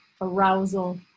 arousal